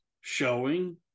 showing